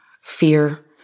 fear